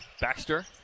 Baxter